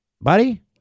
buddy